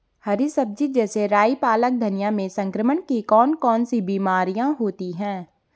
हरी सब्जी जैसे राई पालक धनिया में संक्रमण की कौन कौन सी बीमारियां होती हैं?